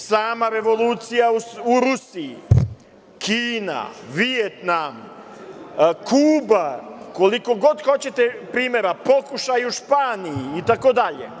Sama revolucija u Rusiji, Kina, Vijetnam, Kuba, koliko god hoćete primera, pokušaj u Španiji, itd.